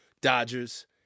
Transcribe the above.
Dodgers